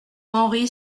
henry